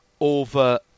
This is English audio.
over